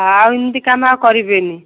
ଆଉ ଏମିତି କାମ ଆଉ କରିବେନି